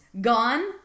gone